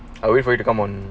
I'll wait for you to come on